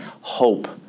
Hope